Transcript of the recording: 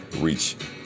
reach